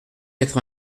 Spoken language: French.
quatre